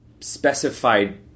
specified